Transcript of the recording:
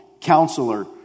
counselor